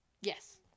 Yes